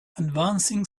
advancing